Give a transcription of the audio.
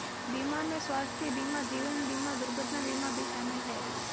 बीमा में स्वास्थय बीमा जीवन बिमा दुर्घटना बीमा भी शामिल है